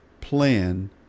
plan